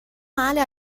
male